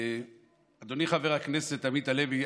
אדוני חבר הכנסת עמית הלוי,